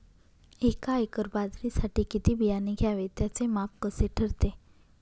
एका एकर बाजरीसाठी किती बियाणे घ्यावे? त्याचे माप कसे ठरते?